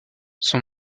son